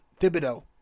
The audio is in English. Thibodeau